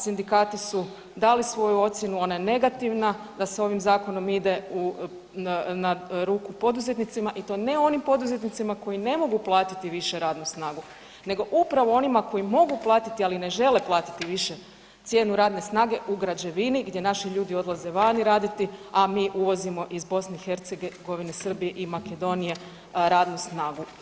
Sindikati su dali svoju ocjenu, ona je negativna da se ovim zakonom ide na ruku poduzetnicima i to ne onim poduzetnicima koji ne mogu platiti više radnu snagu nego upravo onima koji mogu platiti, ali ne žele platiti više cijenu radne snage u građevini gdje naši ljudi odlaze vani raditi, a mi uvozimo iz BiH, Srbije i Makedonije radnu snagu.